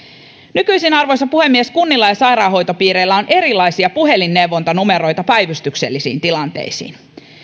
nykyisin arvoisa puhemies kunnilla ja sairaanhoitopiireillä on erilaisia puhelinneuvontanumeroita päivystyksellisiin tilanteisiin